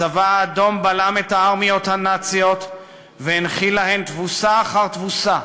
הצבא האדום בלם את הארמיות הנאציות והנחיל להן תבוסה אחר תבוסה